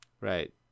right